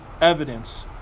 evidence